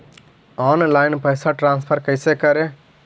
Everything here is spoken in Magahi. ऑनलाइन पैसा ट्रांसफर कैसे करे?